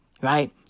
Right